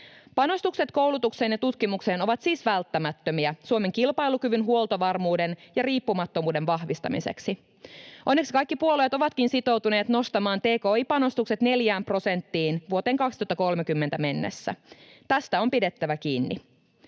Panostukset koulutukseen ja tutkimukseen ovat siis välttämättömiä Suomen kilpailukyvyn, huoltovarmuuden ja riippumattomuuden vahvistamiseksi. Onneksi kaikki puolueet ovatkin sitoutuneet nostamaan tki-panostukset neljään prosenttiin vuoteen 2030 mennessä. Tästä on pidettävä kiinni.